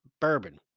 bourbon